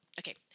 Okay